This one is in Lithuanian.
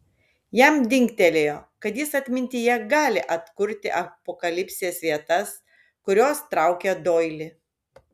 jam dingtelėjo kad jis atmintyje gali atkurti apokalipsės vietas kurios traukė doilį